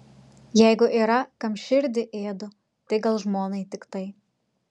jeigu yra kam širdį ėdu tai gal žmonai tiktai